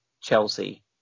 Chelsea